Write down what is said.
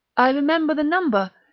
i remember the number,